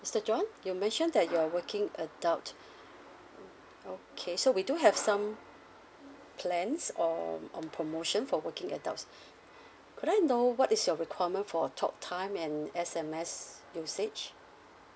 mister john you mentioned that you're working adult okay so we do have some plans on on promotion for working adults could I know what is your requirement for talk time and S_M_S usage